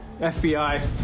FBI